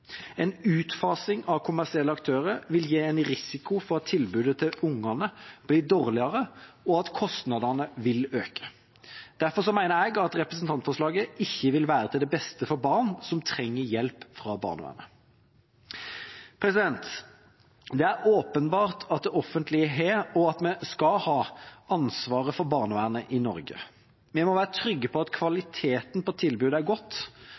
En utfasing av kommersielle aktører vil gi risiko for at tilbudet til ungene blir dårligere, og at kostnadene vil øke. Derfor mener jeg at representantforslaget ikke vil være til det beste for barn som trenger hjelp fra barnevernet. Det er åpenbart at det offentlige har, og skal ha, ansvaret for barnevernet i Norge. Vi må være trygge på at kvaliteten på tilbudet er godt,